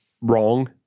wrong